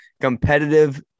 competitive